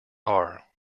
are